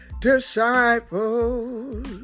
disciples